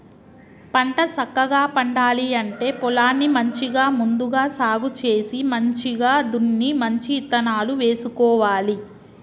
పంట సక్కగా పండాలి అంటే పొలాన్ని మంచిగా ముందుగా సాగు చేసి మంచిగ దున్ని మంచి ఇత్తనాలు వేసుకోవాలి